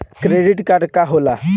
Credit card का होला?